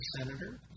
senator